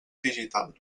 digital